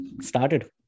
started